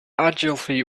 ogilvy